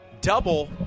double